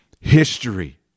history